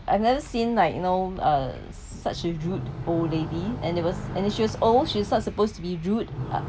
I never seen like you know uh such a rude old lady and never and then she was old she was not supposed to be rude